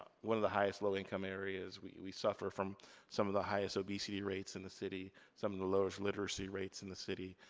one of the highest low income areas. we we suffer from some of the highest obesity rates in the city, some of the lowest literacy rates in the city.